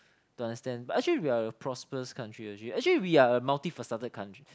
to understand but actually we are a prosperous country actually actually we are a multi faceted country